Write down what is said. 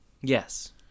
Yes